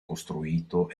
costruito